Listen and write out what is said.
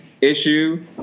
issue